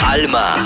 Alma